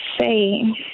say